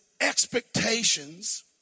expectations